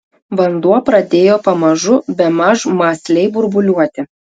vanduo pradėjo pamažu bemaž mąsliai burbuliuoti